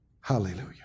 Hallelujah